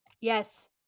yes